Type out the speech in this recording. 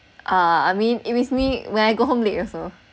uh I mean if it's me when I go home late also